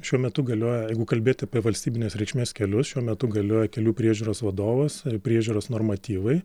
šiuo metu galioja jeigu kalbėt apie valstybinės reikšmės kelius šiuo metu galioja kelių priežiūros vadovas ir priežiūros normatyvai